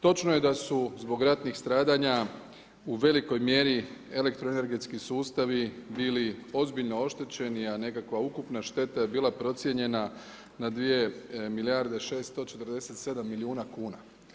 Točno je da su zbog ratnih stradanja u velikoj mjeri elektroenergetski sustavi bili ozbiljno oštećeni, a nekakva ukupna šteta je bila procijenjena na 2 milijarde 647 milijuna kuna.